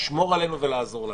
לשמור עלינו ולעזור לנו.